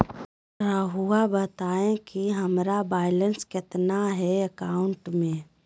रहुआ बताएं कि हमारा बैलेंस कितना है अकाउंट में?